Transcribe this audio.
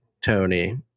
Tony